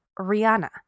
Rihanna